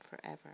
forever